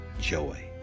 joy